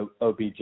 OBJ